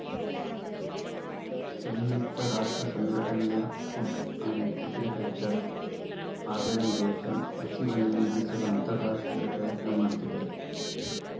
ಸಂಯುಕ್ತ ರಾಷ್ಟ್ರಸಂಘಟನೆಯ Food and Agriculture Organization ಹಸಿವನ್ನು ನೀಗಿಸಲು ಅಂತರರಾಷ್ಟ್ರೀಯ ಪ್ರಯತ್ನ ಮಾಡ್ತಿದೆ